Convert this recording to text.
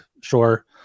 sure